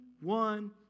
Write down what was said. one